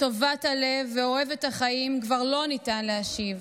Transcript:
טובת הלב ואוהבת החיים כבר לא ניתן להשיב.